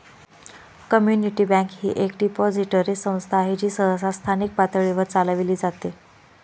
community bank ही एक depository संस्था आहे जी सहसा स्थानिक पातळीवर चालविली जाते